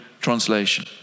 Translation